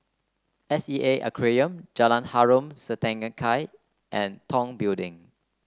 S E A Aquarium Jalan Harom Setangkai and Tong Building